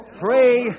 three